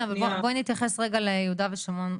כן אבל בואי נתייחס רגע ליהודה ושומרון,